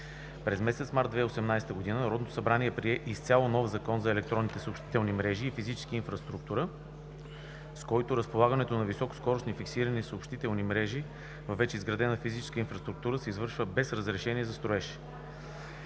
През месец март 2018 г. Народното събрание прие изцяло нов Закон за електронните съобщителни мрежи и физическа инфраструктура, с който разполагането на високоскоростни фиксирани съобщителни мрежи във вече изградена физическа инфраструктура се извършва без разрешение за строеж.